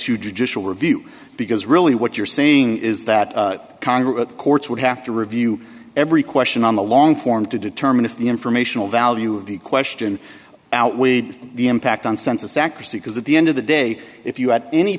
to judicial review because really what you're saying is that congress courts would have to review every question on the long form to determine if the informational value of the question outweighed the impact on sense of sacristy because at the end of the day if you had any